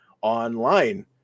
online